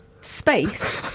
space